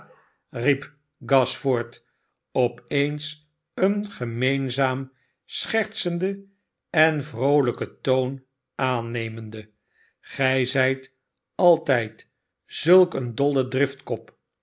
riep gashford op eens een gemeenzaam schertsenden en vroolijken toon aannemende gij zijt altijd zulk een dolle driftkop